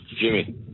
Jimmy